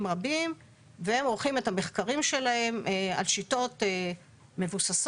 רבים והם עורכים את המחקרים שלהם על שיטות מבוססות,